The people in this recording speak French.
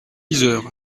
yzeure